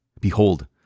behold